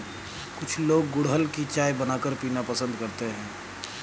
कुछ लोग गुलहड़ की चाय बनाकर पीना पसंद करते है